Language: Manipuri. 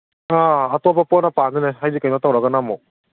ꯑꯥ ꯑꯇꯣꯞꯄ ꯄꯣꯠꯅ ꯄꯥꯟꯗꯣꯏꯅꯦ ꯍꯥꯏꯗꯤ ꯀꯩꯅꯣ ꯇꯧꯔꯒꯅ ꯑꯃꯨꯛ